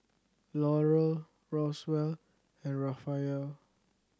Laurel Roswell and Raphael